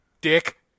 dick